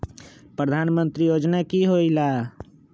प्रधान मंत्री योजना कि होईला?